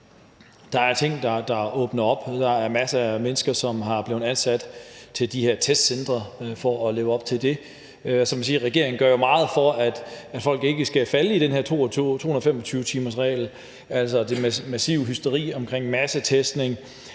Der er ting, der åbner op. Der er masser af mennesker, som er blevet ansat på de her testcentre for at leve op til det. Så man kan sige, at regeringen gør meget for, at folk ikke skal falde for den her 225-timersregel: det massive hysteri omkring massetestning.